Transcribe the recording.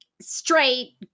straight